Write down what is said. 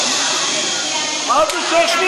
ששששששש.